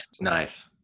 Nice